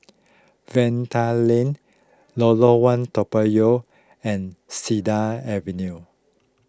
Vanda Link Lorong one Toa Payoh and Cedar Avenue